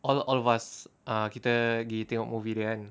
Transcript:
all all of us uh kita pergi tengok movie dia kan